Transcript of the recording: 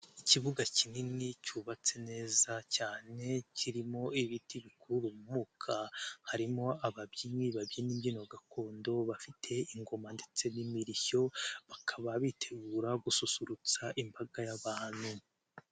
Ikibuga kinini cyubatse neza cyane kirimo ibiti bikurura umwuka harimo ababyinnyi babyina imbyino gakondo bafite ingoma ndetse n'imirishyo bakaba bitegura gususurutsa imbaga y'abantu.